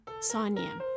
Sonia